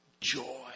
joy